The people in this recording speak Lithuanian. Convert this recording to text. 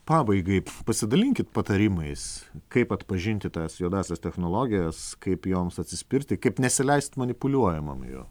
pabaigai pasidalinkit patarimais kaip atpažinti tas juodąsias technologijas kaip joms atsispirti kaip nesileist manipuliuojamam jų